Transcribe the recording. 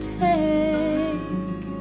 take